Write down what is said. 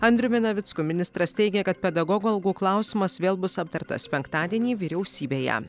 andriumi navicku ministras teigia kad pedagogų algų klausimas vėl bus aptartas penktadienį vyriausybėje